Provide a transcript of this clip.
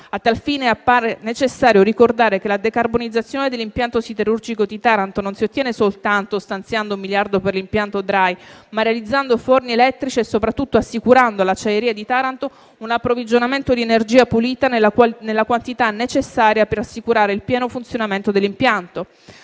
A tal fine, appare necessario ricordare che la decarbonizzazione dell'impianto siderurgico di Taranto si ottiene non soltanto stanziando un miliardo per l'impianto DRI, ma anche realizzando forni elettrici e soprattutto assicurando all'acciaieria di Taranto un approvvigionamento di energia pulita nella quantità necessaria per assicurare il pieno funzionamento dell'impianto.